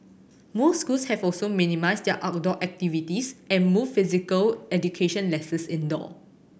most schools have also minimised their outdoor activities and moved physical education lessons indoor